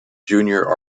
junior